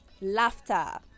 laughter